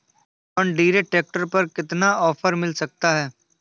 John Deere tractor पर कितना offer मिल सकता है?